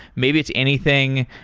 maybe it's anything,